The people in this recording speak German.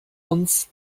uns